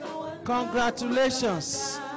congratulations